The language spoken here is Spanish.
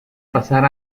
pasar